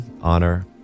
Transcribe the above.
honor